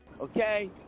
okay